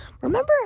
remember